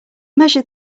measure